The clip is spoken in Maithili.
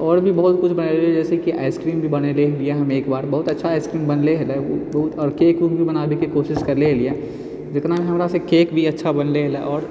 आओर भी बहुत कुछ बनेलिए रहिए जाहिसँकि आइसक्रीम भी बनेने रहिए बियाहमे एकबार बहुत अच्छा आइसक्रीम बनलै हलै ओ आओर केक उक भी बनाबैके कोशिश करलिए हलै जितना भी हमरासँ केक भी अच्छा बनलै हलै आओर